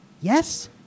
Yes